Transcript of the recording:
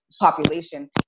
population